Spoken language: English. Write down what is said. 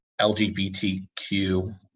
lgbtq